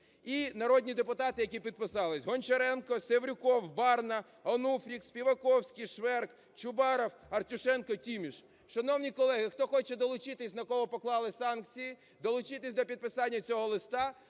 І народні депутати, які підписались: Гончаренко, Севрюков, Барна, Онуфрик, Співаковський, Шверк, Чубаров, Артюшенко, Тіміш. Шановні колеги, хто хоче долучитись, на кого поклали санкції, долучитись до підписання цього листа,